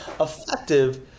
effective